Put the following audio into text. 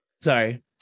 Sorry